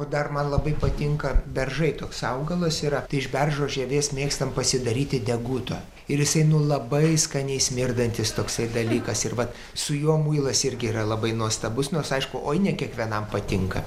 o dar man labai patinka beržai toks augalas yra tai iš beržo žievės mėgstam pasidaryti deguto ir jisai nu labai skaniai smirdantis toksai dalykas ir vat su juo muilas irgi yra labai nuostabus nors aišku oi ne kiekvienam patinka